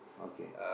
okay